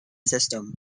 system